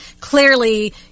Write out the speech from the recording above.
clearly